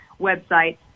website